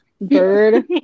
bird